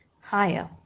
higher